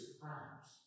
crimes